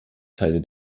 teile